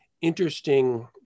interesting